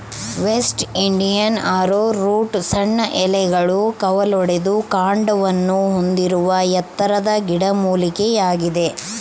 West Indian arrowroot ಸಣ್ಣ ಎಲೆಗಳು ಕವಲೊಡೆದ ಕಾಂಡವನ್ನು ಹೊಂದಿರುವ ಎತ್ತರದ ಗಿಡಮೂಲಿಕೆಯಾಗಿದೆ